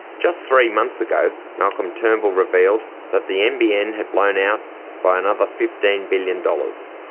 just three months ago, malcolm turnbull revealed that the nbn had blown out by another fifteen billion dollars.